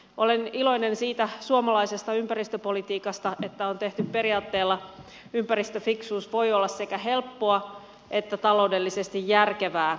olen iloinen siitä suomalaisesta ympäristöpolitiikasta että on tehty periaatteella ympäristöfiksuus voi olla sekä helppoa että taloudellisesti järkevää